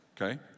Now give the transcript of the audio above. okay